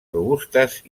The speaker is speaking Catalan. robustes